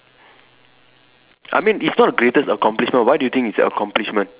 I mean it's not greatest accomplishment why do you think it's a accomplishment